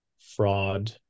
fraud